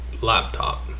laptop